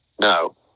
no